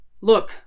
Look